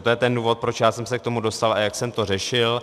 To je důvod, proč já jsem se k tomu dostal a jak jsem to řešil.